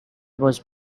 was